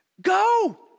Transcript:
Go